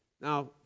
Now